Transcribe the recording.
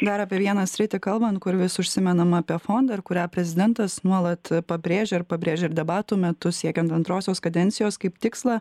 dar apie vieną sritį kalbant kur vis užsimenama apie fondą ir kurią prezidentas nuolat pabrėžia ir pabrėžia ir debatų metu siekiant antrosios kadencijos kaip tikslą